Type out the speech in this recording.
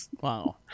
Wow